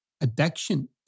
addiction